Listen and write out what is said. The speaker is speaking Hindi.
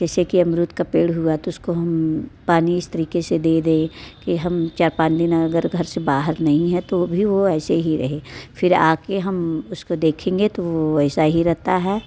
जैसे कि अमरुद का पेड़ हुआ तो उसको हम पानी इस तरीके से दे दें कि हम चार पाँच दिन अगर घर से बाहर नहीं है तो भी वो ऐसे ही रहे फिर आके उसको हम देखेंगे तो वो वैसा ही रहता है